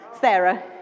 Sarah